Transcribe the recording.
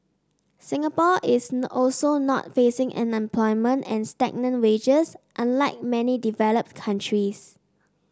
Singapore is also not facing unemployment and stagnant wages unlike many developed countries